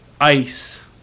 ice